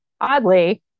oddly